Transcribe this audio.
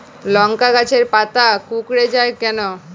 লংকা গাছের পাতা কুকড়ে যায় কেনো?